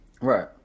Right